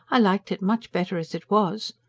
i liked it much better as it was.